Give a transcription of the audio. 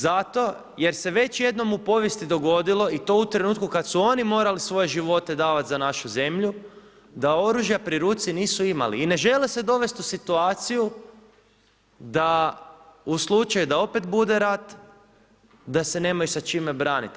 Zato jer se već jednom u povijesti dogodilo i to u trenutku kada su oni morali svoje živote davati za našu zemlju da oružja pri ruci nisu imali i ne žele se dovesti u situaciju da u slučaju da opet bude rat da se nemaju sa čime braniti.